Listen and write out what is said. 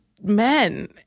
men